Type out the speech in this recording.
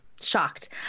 shocked